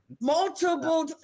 Multiple